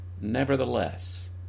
nevertheless